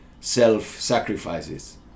self-sacrifices